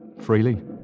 Freely